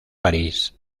parís